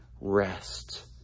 rest